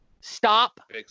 Stop